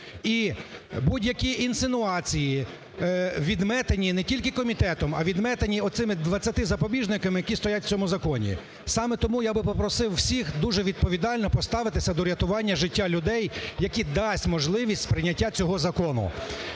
І будь-які інсинуації відметені не тільки комітетом, а відметені оцими 20 запобіжниками, які стоять в цьому законі. Саме тому я би попросив всіх дуже відповідально поставитися до рятування життя людей, яке дасть можливість прийняття цього закону.